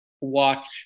watch